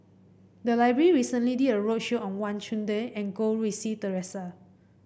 the library recently did a roadshow on Wang Chunde and Goh Rui Si Theresa